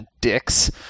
Dicks